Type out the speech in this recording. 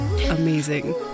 Amazing